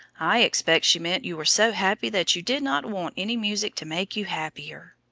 i expect she meant you were so happy that you did not want any music to make you happier.